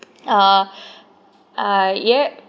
uh uh yeap